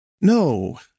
No